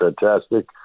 fantastic